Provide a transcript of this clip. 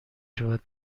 شود